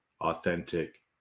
authentic